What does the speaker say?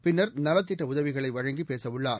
பின்னர் நலத்திட்ட உதவிகளை வழங்கி பேச உள்ளார்